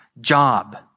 job